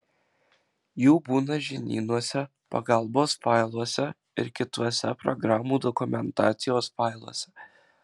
jų būna žinynuose pagalbos failuose ir kituose programų dokumentacijos failuose